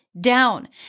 down